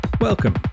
Welcome